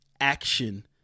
action